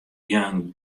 jin